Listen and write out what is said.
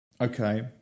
Okay